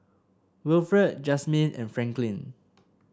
Wilfred Jazmin and Franklyn